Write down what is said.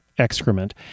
excrement